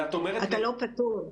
אתה לא פטור.